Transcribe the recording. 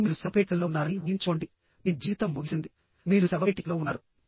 ఇప్పుడు మీరు శవపేటికలో ఉన్నారని ఊహించుకోండి మీ జీవితం ముగిసింది మీరు శవపేటికలో ఉన్నారు